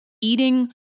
Eating